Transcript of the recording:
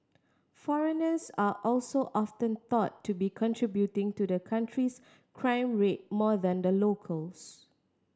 foreigners are also often thought to be contributing to the country's crime rate more than the locals